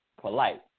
Polite